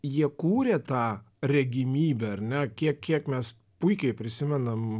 jie kūrė tą regimybę ar ne kiek kiek mes puikiai prisimenam